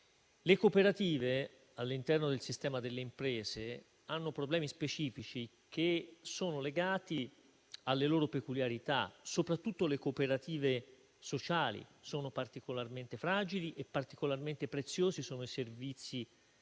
Le cooperative, all'interno del sistema delle imprese, hanno problemi specifici legati alle loro peculiarità. Soprattutto le cooperative sociali sono particolarmente fragili e particolarmente preziosi sono i servizi che